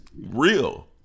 real